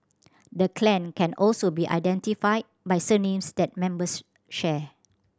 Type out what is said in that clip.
the clan can also be identified by surnames that members share